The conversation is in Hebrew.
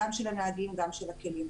גם של הנהגים וגם של הכלים.